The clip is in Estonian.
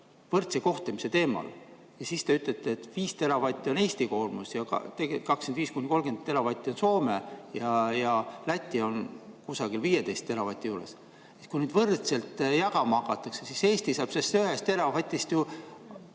võrdse kohtlemise teemal ja siis te ütlete, et viis teravatti on Eesti koormus ja 25–30 teravatti on Soome ja Läti on kusagil 15 teravati juures. Kui nüüd võrdselt jagama hakatakse, siis Eesti saab sellest ühest teravatist ju